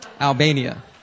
Albania